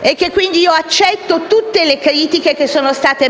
e che, quindi, io accetto tutte le critiche